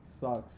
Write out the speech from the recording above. Sucks